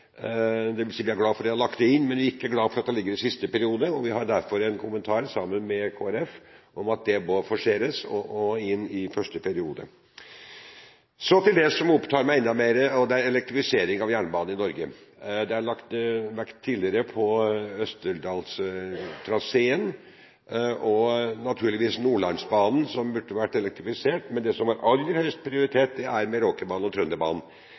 si vi er glad for at den har lagt det inn, men ikke for at det ligger i siste periode. Vi har derfor en merknad sammen med Kristelig Folkeparti om at det må forseres og inn i første periode. Så til det som opptar meg enda mer, og det er elektrifisering at jernbanen i Norge. Det er tidligere lagt vekt på Østerdalstraseen og naturligvis Nordlandsbanen som burde vært elektrifisert. Men det som har aller høyest prioritet, er Meråkerbanen og Trønderbanen.